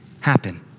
happen